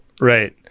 Right